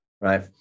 right